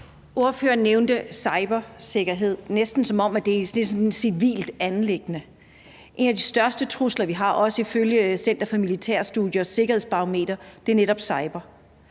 Ordføreren nævnte cybersikkerhed, næsten som om det er sådan et civilt anliggende. En af de største trusler, vi har, også ifølge Center for Militære Studiers Sikkerhedsbarometer, er netop på